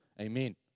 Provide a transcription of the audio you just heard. Amen